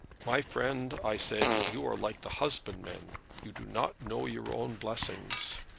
my friend, i said, you are like the husbandmen you do not know your own blessings.